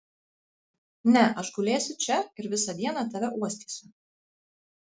ne aš gulėsiu čia ir visą dieną tave uostysiu